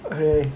okay